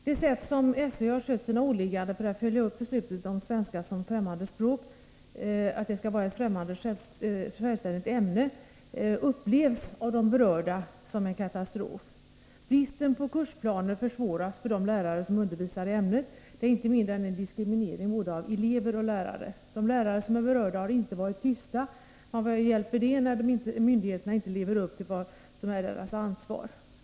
Det sätt varpå SÖ har skött sina åligganden för att följa upp beslutet om att svenska som främmande språk skall vara ett självständigt ämne upplevs av de berörda som en katastrof. Bristen på kursplaner försvårar för de lärare som undervisar i ämnet. Det är inget mindre än en diskriminering av både elever och lärare. De lärare som är berörda har inte varit tysta. Men vad hjälper det när myndigheter inte lever upp till vad som är deras ansvar?